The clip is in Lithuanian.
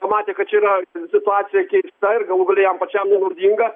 pamatė kad čia yra situacija keista ir galų gale jam pačiam nenaudinga